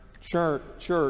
church